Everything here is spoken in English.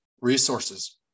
resources